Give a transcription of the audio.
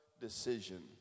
decision